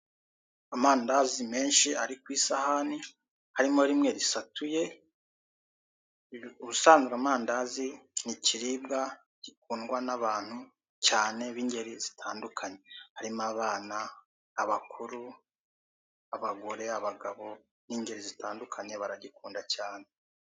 Amandazi menshi ari ku isahane harimo rimwe risatuye, ubusanzwe amandazi ni ikiriribwa gikundwa n'abantu cyane b'ingeri zitandukanye, harimo abana, abakuru, abagore, abagabo n'ingeri zitandukanye baragikunda cyane.